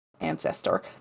Ancestor